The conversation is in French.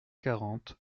quarante